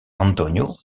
antonio